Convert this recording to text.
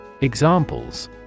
Examples